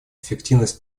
эффективность